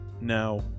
Now